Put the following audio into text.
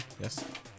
Yes